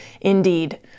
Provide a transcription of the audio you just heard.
Indeed